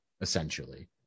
essentially